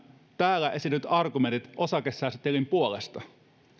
täällä esitetyt argumentit osakesäästötilin puolesta